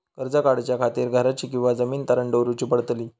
कर्ज काढच्या खातीर घराची किंवा जमीन तारण दवरूची पडतली?